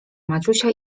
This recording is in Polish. maciusia